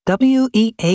WEA